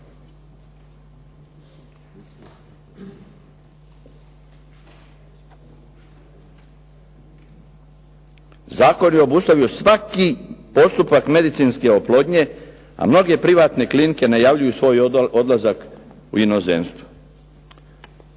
Zakon je obustavio svaki postupak medicinske oplodnje, a mnoge privatne klinike najavljuju svoj odlazak u inozemstvo.